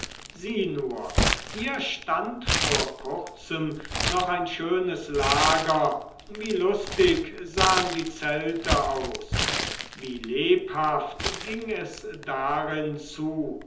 sieh nur hier stand vor kurzem noch ein schönes lager wie lustig sahen die zelte aus wie lebhaft ging es darin zu